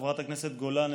חברת הכנסת גולן,